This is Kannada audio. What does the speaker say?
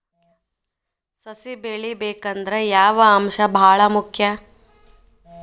ಸಸಿ ಬೆಳಿಬೇಕಂದ್ರ ಯಾವ ಅಂಶ ಭಾಳ ಮುಖ್ಯ?